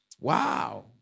Wow